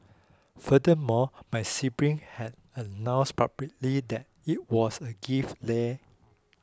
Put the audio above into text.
furthermore my siblings had announced publicly that it was a gift leh